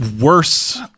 worse